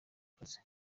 kazi